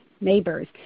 neighbors